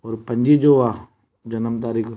और पंजी जो आहे जनम तारीख़